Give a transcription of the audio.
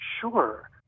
Sure